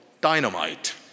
dynamite